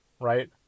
right